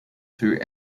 through